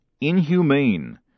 inhumane